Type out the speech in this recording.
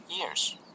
years